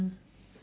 mm